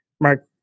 Mark